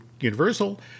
Universal